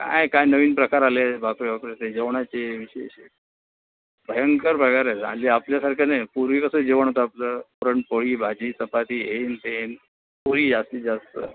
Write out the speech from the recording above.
काय काय नवीन प्रकार आले बापरे बापरे ते जेवणाचे विशेष भयंकर प्रकार आहेत आणि आपल्यासारखं नाही पूर्वी कसं जेवण होतं आपलं पुरणपोळी भाजी चपाती हेन तेन पोळी जास्तीत जास्त